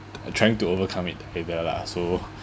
trying to overcome it either lah so